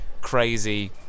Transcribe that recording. crazy